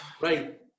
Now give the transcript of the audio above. Right